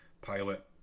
pilot